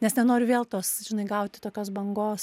nes nenoriu vėl tos žinai gauti tokios bangos